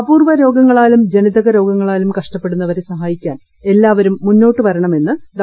അപൂർവ്വ രോഗങ്ങളാലും ജനിതക രോഗങ്ങളാലും കഷ്ടപ്പെടുന്നവരെ സഹായിക്കാൻ എല്ലാവരും മുന്നോട്ടുവരണമെന്ന് ഡോ